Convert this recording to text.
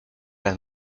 las